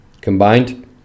combined